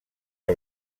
que